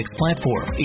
platform